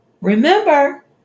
Remember